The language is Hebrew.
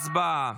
הצבעה.